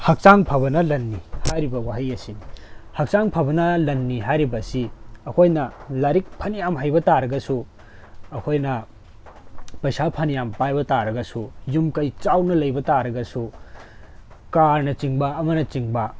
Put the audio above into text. ꯍꯛꯆꯥꯡ ꯐꯕꯅ ꯂꯟꯅꯤ ꯍꯥꯏꯔꯤꯕ ꯋꯥꯍꯩ ꯑꯁꯤꯅꯤ ꯍꯛꯆꯥꯡ ꯐꯕꯅ ꯂꯟꯅꯤ ꯍꯥꯏꯔꯤꯕꯁꯤ ꯑꯩꯈꯣꯏꯅ ꯂꯥꯏꯔꯤꯛ ꯐꯅꯌꯥꯝ ꯍꯩꯕ ꯇꯥꯔꯒꯁꯨ ꯑꯩꯈꯣꯏꯅ ꯄꯩꯁꯥ ꯐꯅꯌꯥꯝ ꯄꯥꯏꯕ ꯇꯥꯔꯒꯁꯨ ꯌꯨꯝ ꯀꯩ ꯆꯥꯎꯅ ꯂꯩꯕ ꯇꯥꯔꯒꯁꯨ ꯀꯥꯔꯅꯆꯤꯡꯕ ꯑꯃꯅ ꯆꯤꯡꯕ